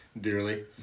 dearly